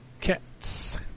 Cats